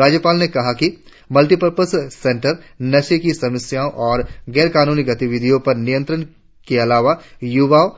राज्यपाल ने कहा कि मल्टीपर्पज सेंटर्स नशे की समस्या और गैर कानूनी गतिविधियों पर नियंत्रण के अलावा यूवाओ